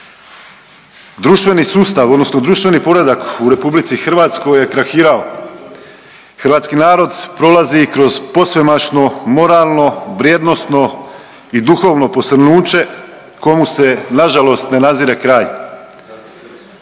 Društveni sustav odnosno društveni poredak u RH je trahirao. Hrvatski narod prolazi kroz posvemašno moralno, vrijednosno i duhovno posrnuće komu se nažalost ne nazire kraj.